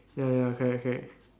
ya ya correct correct